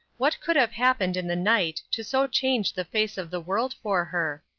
what could have happened in the night to so change the face of the world for her!